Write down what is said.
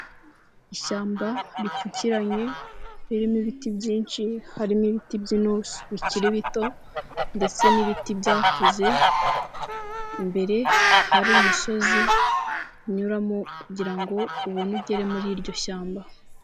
Ishyamba ripfukiranye ririmo ibiti byinsh,i harimo ibiti by'inturursu bikiri bito ndetse n'ibiti byakuze, imbere hari umusozi unyuramo kugira ngo ubone ugere muri iryo shyamba.